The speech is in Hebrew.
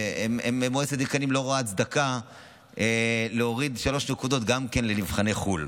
ומועצת הדיקנים לא רואה הצדקה להוריד שלוש נקודות גם לנבחני חו"ל.